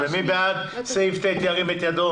מי בעד סעיף קטן (ט)?